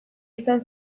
izan